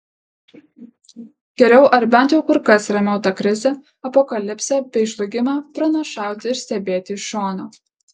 geriau ar bent jau kur kas ramiau tą krizę apokalipsę bei žlugimą pranašauti ir stebėti iš šono